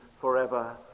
forever